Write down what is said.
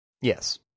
Yes